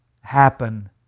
happen